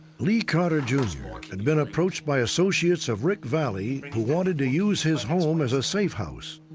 lee carter, jr. had been approached by associates of rick vallee who wanted to use his home as a safe house.